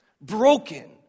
broken